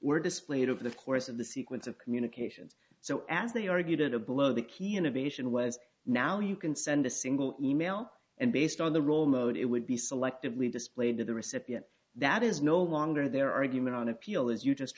were displayed over the course of the sequence of communications so as they argued at a below the key innovation was now you can send a single email and based on the role mode it would be selectively displayed to the recipient that is no longer their argument on appeal as you just